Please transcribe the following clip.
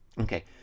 Okay